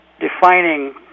defining